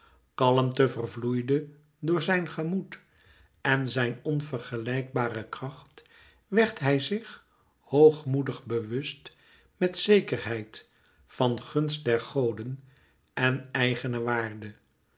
kalmte vervloeide door zijn gemoed en zijn onvergelijkbare kracht werd hij zich hoogmoedig bewust met zekerheid van gunst der goden en